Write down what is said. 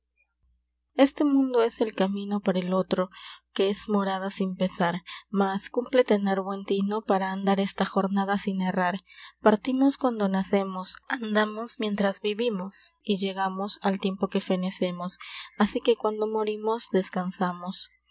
este mundo es el camino para el otro ques morada sin pesar mas cunple tener buen tino para andar esta jornada sin errar partimos quando naemos andamos mientra biuimos y llegamos al tiempo que feneemos asi que quando morimos descansamos